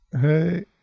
Hey